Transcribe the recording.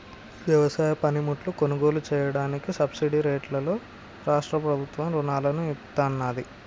వ్యవసాయ పనిముట్లు కొనుగోలు చెయ్యడానికి సబ్సిడీ రేట్లలో రాష్ట్ర ప్రభుత్వం రుణాలను ఇత్తన్నాది